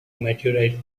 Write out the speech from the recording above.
meteorite